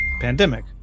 pandemic